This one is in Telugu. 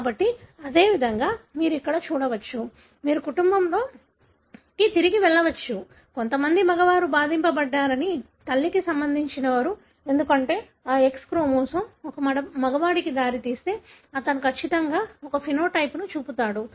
కాబట్టి అదేవిధంగా మీరు ఇక్కడ చూడవచ్చు మీరు కుటుంబంలోకి తిరిగి వెళ్లవచ్చు కొంతమంది మగవారు బాధింపబడ్డారని తల్లికి సంబంధించిన వారు ఎందుకంటే ఆ X క్రోమోజోమ్ ఒక మగవాడికి దారితీస్తే అతను ఖచ్చితంగా ఒక ఫెనోటైపే ను చూపుతాడు